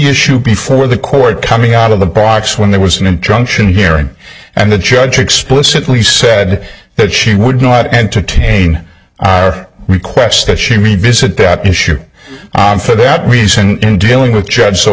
issue before the court coming out of the box when there was an and trunk ssion hearing and the judge explicitly said that she would not entertain our request that she revisit that issue and for that reason in doing with judge so